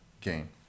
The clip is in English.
gain